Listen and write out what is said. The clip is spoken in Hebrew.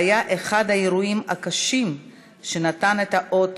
והיה אחד האירועים הקשים שנתן את האות